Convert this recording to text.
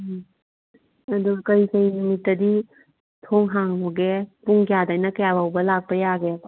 ꯎꯝ ꯑꯗꯨ ꯀꯔꯤ ꯀꯔꯤ ꯅꯨꯃꯤꯠꯇꯗꯤ ꯊꯣꯡ ꯍꯥꯡꯕꯒꯦ ꯄꯨꯡ ꯀꯌꯥꯗꯩꯅ ꯀꯌꯥ ꯐꯥꯎꯕ ꯂꯥꯛꯄ ꯌꯥꯒꯦꯕ